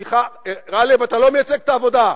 סליחה, גאלב, אתה לא מייצג את העבודה.